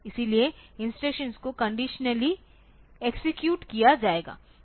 इसलिए इंस्ट्रक्शंस को conditionally execute किया जाएगा